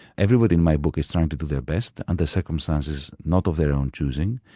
everyone in my book is trying to do their best under circumstances not of their own choosing,